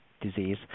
disease